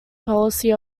policy